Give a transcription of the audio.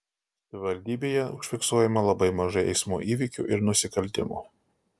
savivaldybėje užfiksuojama labai mažai eismo įvykių ir nusikaltimų